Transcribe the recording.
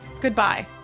Goodbye